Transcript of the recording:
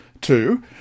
Two